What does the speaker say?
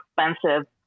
expensive